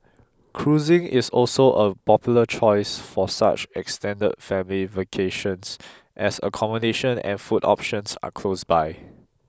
cruising is also a popular choice for such extended family vacations as accommodation and food options are close by